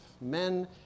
men